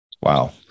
Wow